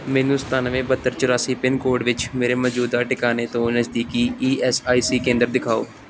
ਮੈਨੂੰ ਸਤਾਨਵੇਂ ਬਹੱਤਰ ਚੁਰਾਸੀ ਪਿੰਨਕੋਡ ਵਿੱਚ ਮੇਰੇ ਮੌਜੂਦਾ ਟਿਕਾਣੇ ਤੋਂ ਨਜ਼ਦੀਕੀ ਈ ਐਸ ਆਈ ਸੀ ਕੇਂਦਰ ਦਿਖਾਓ